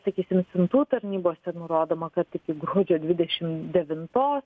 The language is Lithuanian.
sakysim siuntų tarnybose nurodoma kad iki gruodžio dvidešim devintos